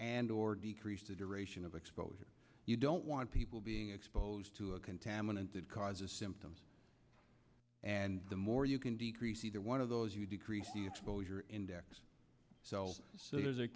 and or decrease the duration of exposure you don't want people being exposed to a contaminant that causes symptoms and the more you can decrease either one of those you decrease the exposure index so there